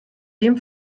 dem